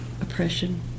oppression